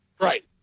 Right